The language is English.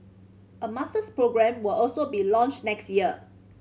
a masters programme will also be launched next year